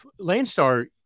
Landstar